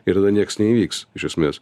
ir tada nieks neįvyks iš esmės